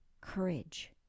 courage